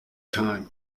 time